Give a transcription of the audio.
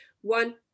One